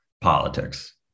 politics